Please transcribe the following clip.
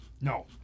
No